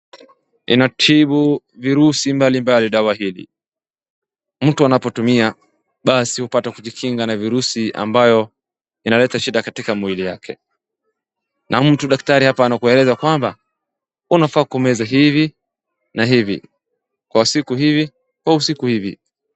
Inatibu virusi mbali mbali dawa hili mtu anapotumia basi hupata kujikinga na virusi ambayo inaweza kleta shida katika mwili yake. Na mtu hapa daktari anakueleza kwamba unafaa kumeza hivi na hivi, kwa siku hivi kwa usiku hivi.